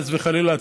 חס וחלילה,